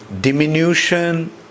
diminution